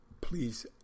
please